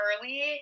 early